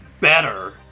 better